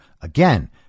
Again